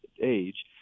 age